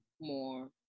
more